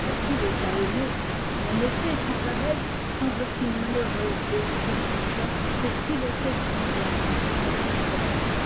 à qui les a aimées un été sans abeilles semble aussi malheureux et aussi imparfait que s'il était sans oiseaux et sans fleurs